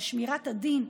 של שמירת הדין,